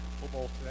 football